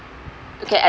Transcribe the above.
okay and